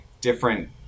different